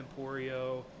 Emporio